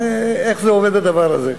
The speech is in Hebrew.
איך זה עובד, הדבר הזה?